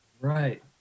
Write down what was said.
Right